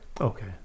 Okay